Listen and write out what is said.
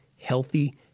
healthy